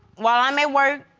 while i'm at work,